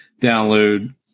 download